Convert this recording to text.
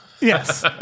yes